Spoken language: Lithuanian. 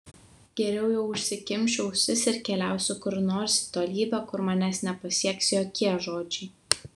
geriau jau užsikimšiu ausis ir keliausiu kur nors į tolybę kur manęs nepasieks jokie žodžiai